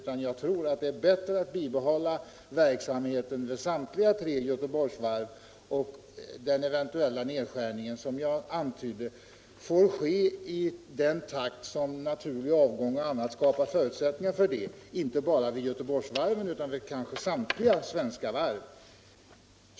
Det vore bättre att bibehålla verksamheten vid samtliga tre Göteborgsvarv. Den eventuella nedskärning som jag antydde får ske i den takt som naturlig avgång och annat skapar förutsättningar för det, inte bara vid Göteborgsvarven utan vid samtliga svenska varv.